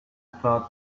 thought